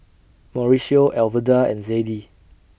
Mauricio Alverda and Zadie